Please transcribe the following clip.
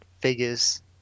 figures